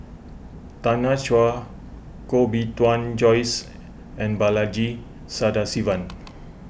Tanya Chua Koh Bee Tuan Joyce and Balaji Sadasivan